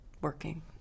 working